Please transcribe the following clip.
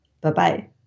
Bye-bye